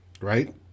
right